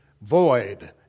void